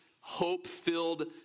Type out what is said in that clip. hope-filled